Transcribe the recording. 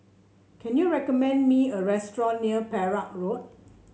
can you recommend me a restaurant near Perak Road